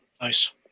Nice